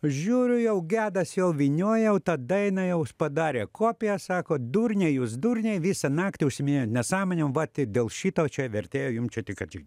žiūriu jau gedas jau vynioja jau tą dainą jau jis padarė kopiją sako durniai jūs durniai visą naktį užsiminėjot nesąmonėm va tai dėl šito vertėjo jum čia tai ką tik